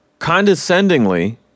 condescendingly